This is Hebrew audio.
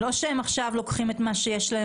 זה לא שהם עכשיו לוקחים את מה שיש להם